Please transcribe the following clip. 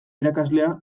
irakaslea